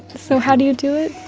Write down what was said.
so how do you do it?